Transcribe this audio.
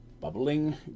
bubbling